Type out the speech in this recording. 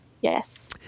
Yes